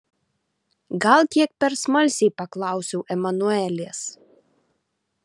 gal kiek per smalsiai paklausiau emanuelės